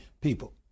people